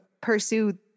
pursue